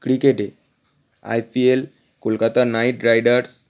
ক্রিকেটে IPL Kolkata Knight Riders